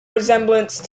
resemblance